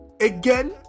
again